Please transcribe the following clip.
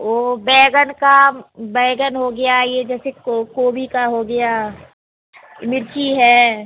ओ बैंगन का बैंगन हो गया ये जैसे कोभी का हो गया मिर्ची है